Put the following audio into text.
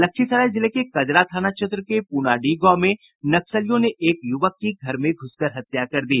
लखीसराय जिले के कजरा थाना क्षेत्र के पुनाडीह गांव में नक्सलियों ने एक युवक की घर में घुसकर हत्या कर दी